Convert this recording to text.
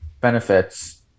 benefits